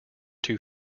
two